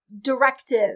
directive